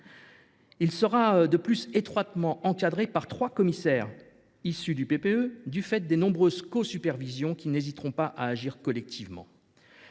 sera plus étroitement encadré par trois commissaires issus du PPE, du fait des nombreuses co supervisions ; ses collègues n’hésiteront pas à agir collectivement.